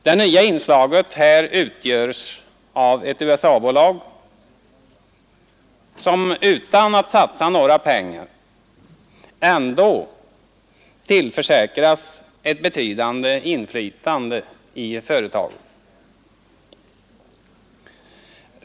Det nya inslaget här utgörs av ett USA-bolag, som utan att satsa några pengar ändå tillförsäkrats ett betydande inflytande i företaget.